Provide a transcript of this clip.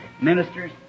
ministers